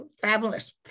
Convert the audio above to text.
fabulous